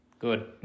Good